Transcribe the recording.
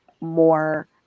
more